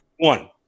One